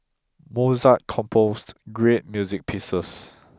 Mozart composed great music pieces